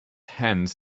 hens